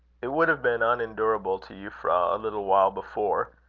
it would have been unendurable to euphra, a little while before,